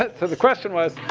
but so the question was,